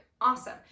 awesome